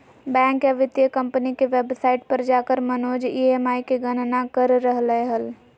bank या वित्तीय company के वेबसाइट पर जाकर मनोज ई.एम.आई के गणना कर रहलय हल